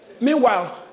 Meanwhile